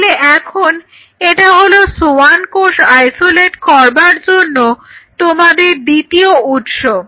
তাহলে এখন এটা হলো সোয়ান কোষ আইসোলেট করবার জন্য তোমাদের দ্বিতীয় উৎস